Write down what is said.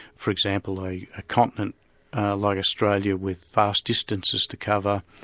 for example, a continent like australia with vast distances to cover,